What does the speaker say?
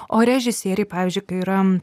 o režisieriai pavyzdžiui kai yra